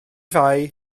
fai